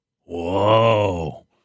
Whoa